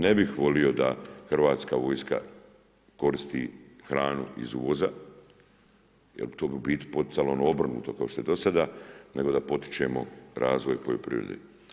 Ne bih volio da hrvatska vojska koristi hranu iz uvoza jer to bi u biti poticalo na obrnuto kao što je do sada nego da potičemo razvoj poljoprivrede.